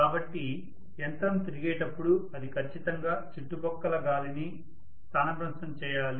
కాబట్టి యంత్రం తిరిగేటప్పుడు అది ఖచ్చితంగా చుట్టుపక్కల గాలిని స్థానభ్రంశం చేయాలి